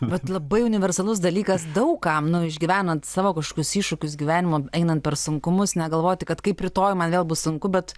bet labai universalus dalykas daug kam nu išgyvenant savo kažkokius iššūkius gyvenimo einant per sunkumus negalvoti kad kaip rytoj man vėl bus sunku bet